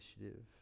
initiative